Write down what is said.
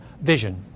vision